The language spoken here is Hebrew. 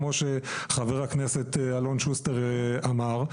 כמו שחבר הכנסת אלון שוסטר אמר.